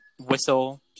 whistle